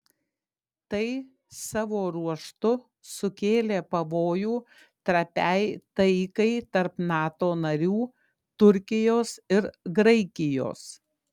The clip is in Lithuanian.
tai savo ruožtu sukėlė pavojų trapiai taikai tarp nato narių turkijos ir graikijos